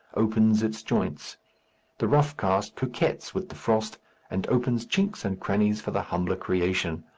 opens its joints the rough-cast coquettes with the frost and opens chinks and crannies for the humbler creation.